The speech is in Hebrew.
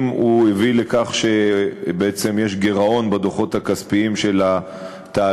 אם הוא הביא לכך שבעצם יש גירעון בדוחות הכספיים של התאגיד.